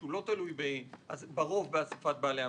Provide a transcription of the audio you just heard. שהוא לא תלוי ברוב באסיפת בעלי המניות.